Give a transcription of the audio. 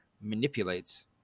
manipulates